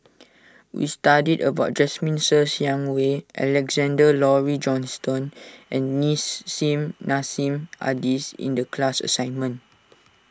we studied about Jasmine Ser Xiang Wei Alexander Laurie Johnston and Nissim Nassim Adis in the class assignment